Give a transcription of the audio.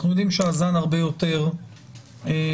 אנחנו יודעים שהזן הרבה יותר מדבק.